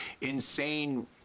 insane